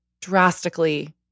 drastically